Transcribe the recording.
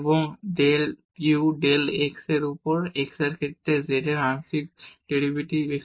এবং del u del x এর উপর x এর ক্ষেত্রে z এর আংশিক ডেরিভেটিভ হবে